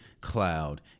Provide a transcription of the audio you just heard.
cloud